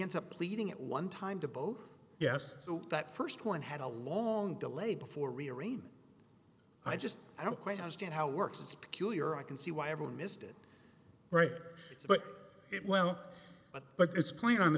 ends up pleading at one time to both yes so that first one had a long delay before rearranging i just i don't quite understand how it works it's peculiar i can see why everyone missed it right there but it well but it's clear on the